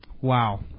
Wow